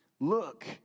Look